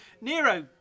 Nero